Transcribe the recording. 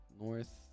North